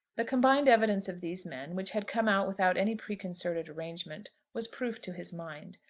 the combined evidence of these men, which had come out without any preconcerted arrangement, was proof to his mind.